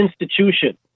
institution